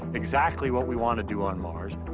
exactly what we want to do on mars.